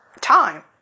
time